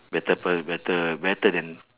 better per~ better better than